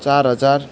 चार हजार